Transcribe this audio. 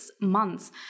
months